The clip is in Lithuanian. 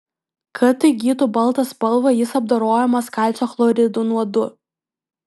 kad įgytų baltą spalvą jis apdorojamas kalcio chloridu nuodu